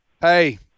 hey